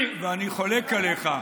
ואני חולק עליך.